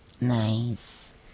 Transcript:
Nice